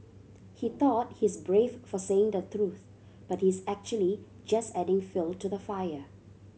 he thought he's brave for saying the truth but he's actually just adding fuel to the fire